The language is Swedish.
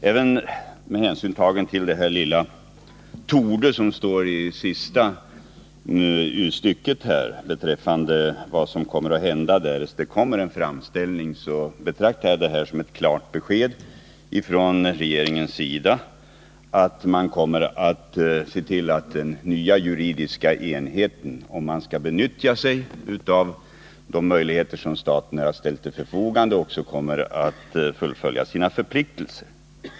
Även med hänsyn tagen till det lilla ordet ”torde” i svarets sista mening om vad som kommer att hända, därest en framställning görs, betraktar jag detta som ett klart besked från regeringens sida, att man kommer att se till att den nybildade juridiska enheten, om den benyttjar sig av de möjligheter som staten ställt till förfogande, också fullföljer sina förpliktelser.